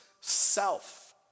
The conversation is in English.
self